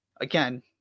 Again